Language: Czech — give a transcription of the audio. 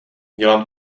dělám